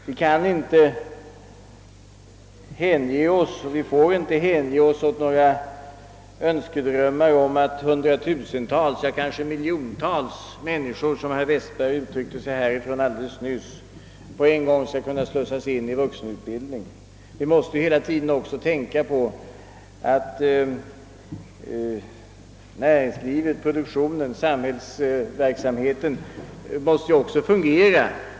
Vi kan och får inte hänge oss åt önskedrömmar om att hundratusentals, ja, kanske miljontals människor — som herr Westberg uttryckte sig — på en gång skall kunna slussas in i vuxenutbildningen. Vi måste också tänka på att näringslivet, produktionen, samhällsverksamheten skall fungera.